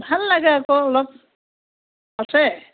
ভাল লাগে আকৌ অলপ আছে